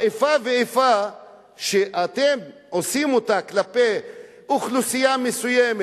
האיפה ואיפה שאתם עושים כלפי אוכלוסייה מסוימת,